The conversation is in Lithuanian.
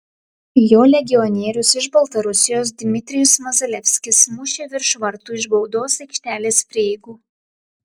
jo legionierius iš baltarusijos dmitrijus mazalevskis mušė virš vartų iš baudos aikštelės prieigų